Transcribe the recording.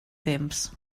temps